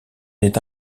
n’est